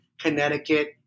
Connecticut